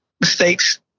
mistakes